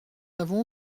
n’avons